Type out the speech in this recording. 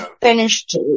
finished